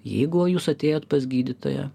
jeigu jūs atėjot pas gydytoją